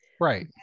Right